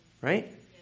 Right